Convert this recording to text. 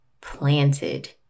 Planted